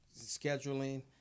scheduling